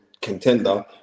contender